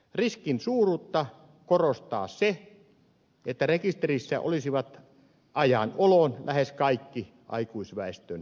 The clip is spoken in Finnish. riskin suuruutta korostaa se että rekisterissä olisivat ajan oloon lähes kaikki aikuisväestön sormenjälkitiedot